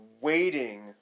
waiting